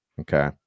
Okay